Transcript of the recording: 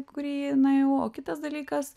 kurį nuėjau o kitas dalykas